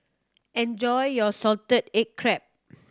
enjoy your salted egg crab